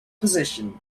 position